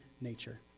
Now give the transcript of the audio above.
nature